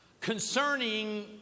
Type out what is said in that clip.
concerning